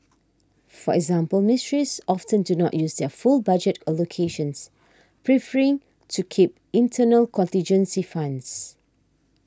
for example ministries often do not use their full budget allocations preferring to keep internal contingency funds